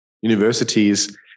universities